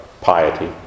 piety